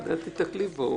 עוד תתקלי בו...